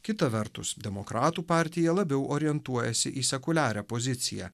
kita vertus demokratų partija labiau orientuojasi į sekuliarią poziciją